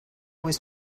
was